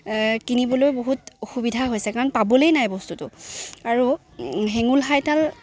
কিনিবলৈ বহুত অসুবিধা হৈছে কাৰণ পাবলেই নাই বস্তুটো আৰু হেঙুল হাইতাল